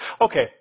Okay